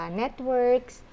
networks